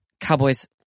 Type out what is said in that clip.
Cowboys